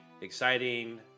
exciting